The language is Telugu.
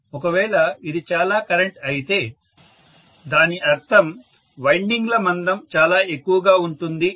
ఒకవేళ ఇది చాలా కరెంట్ అయితే దాని అర్థం వైండింగ్ ల మందం చాలా ఎక్కువగా ఉంటుంది అని